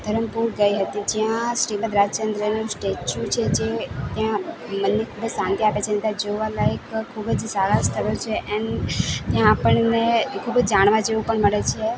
ધરમપુર ગઈ હતી જ્યાં શ્રીમદ રાજચંદ્રનું સ્ટેચ્યૂ છે જે ત્યાં મનની અંદર શાંતિ આપે છે અને ત્યાં જોવાલાયક ખૂબ જ સારા સ્થળો છે એન્ડ ત્યાં આપણને ખૂબ જ જાણવા જેવું પણ મળે છે